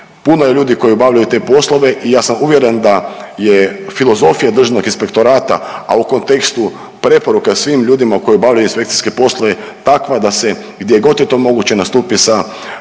Puno je ljudi koji obavljaju te poslove i ja sam uvjeren da je filozofija Državnog inspektora, a u kontekstu preporuka svim ljudima koji obavljaju inspekcijske poslove takva da se gdje god je to moguće nastupi sa